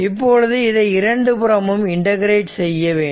இப்பொழுது இதை இரண்டு புறமும் இன்டெகிரெட் செய்ய வேண்டும்